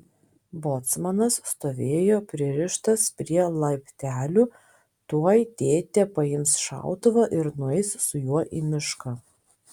bocmanas stovėjo pririštas prie laiptelių tuoj tėtė paims šautuvą ir nueis su juo į mišką